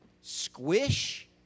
Squish